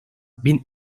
bin